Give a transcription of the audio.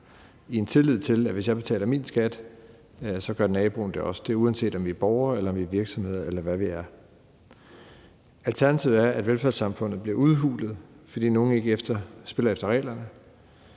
i en tillid til, at hvis de betaler deres skat, så gør naboen det også, og det er, uanset om vi er borgere eller virksomheder, eller hvad vi er. Alternativet er, at velfærdssamfundet bliver udhulet, fordi nogle ikke spiller efter reglerne,